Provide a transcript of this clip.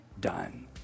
done